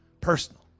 personal